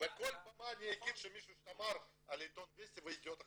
בכל במה אני אגיד שמי ששמר על העיתון וסטי זה ידיעות אחרונות.